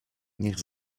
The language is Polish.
niech